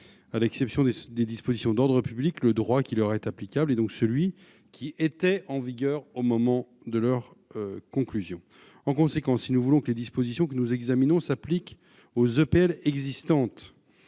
À l'exception des dispositions d'ordre public, le droit qui leur est applicable est donc celui qui était en vigueur au moment de leur conclusion. En conséquence, si nous voulons que les dispositions que nous examinons s'appliquent aux EPL existantes,